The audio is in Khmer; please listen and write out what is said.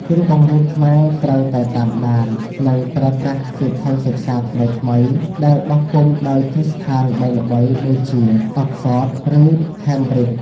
គ្រូបង្រៀនខ្មែរត្រូវតែតាមដាន និងប្រើប្រាស់សៀវភៅសិក្សាថ្មីៗដែលបោះពុម្ពដោយគ្រឹះស្ថានល្បីៗដូចជា Oxford ឬ Cambridge។